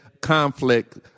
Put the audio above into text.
conflict